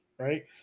Right